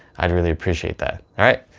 i'd really appreciate that alright.